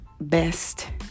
best